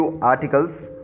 articles